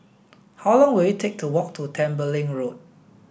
how long will it take to walk to Tembeling Road